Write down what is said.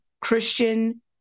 Christian